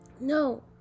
No